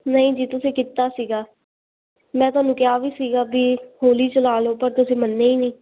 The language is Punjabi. ਨਹੀਂ ਜੀ ਤੁਸੀਂ ਕੀਤਾ ਸੀਗਾ ਮੈਂ ਤੁਹਾਨੂੰ ਕਿਹਾ ਵੀ ਸੀਗਾ ਵੀ ਹੌਲੀ ਚਲਾ ਲਓ ਪਰ ਤੁਸੀਂ ਮੰਨੇ ਹੀ ਨਹੀਂ